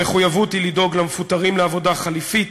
המחויבות היא לדאוג למפוטרים לעבודה חלופית,